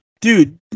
Dude